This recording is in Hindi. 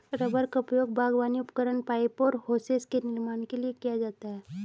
रबर का उपयोग बागवानी उपकरण, पाइप और होसेस के निर्माण के लिए किया जाता है